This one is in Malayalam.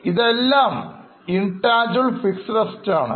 ഇതെല്ലാം intangible fixed assetsആണ്